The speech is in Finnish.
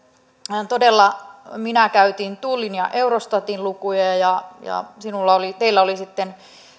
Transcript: todella minä käytin tullin ja eurostatin lukuja ja ja teillä oli sitten